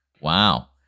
Wow